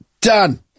Done